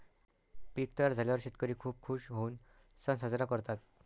पीक तयार झाल्यावर शेतकरी खूप खूश होऊन सण साजरा करतात